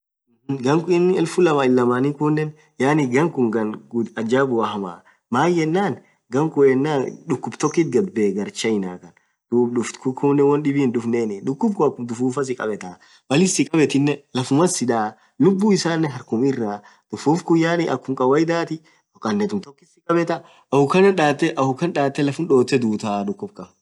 Ghan elfu lamaa ilamani khunen yaani ghan khun ghan ghub jabbua hamaa maaan yenen ghan yenen dhukub tokit ghadbee garr chiiana khan dhub dhukub kunen won dhibin hidhufneni dhukub Kun akhum dhufufa sikhabetha Mal inin si khabethinen lafuman sidhaa lubbu isan harkhum irra dhufufu khun yaani akhum kawaidhath kanethum thokit sikhabetha akhukan dhath lafum dhothe dhudhah dhukub Khan